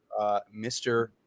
Mr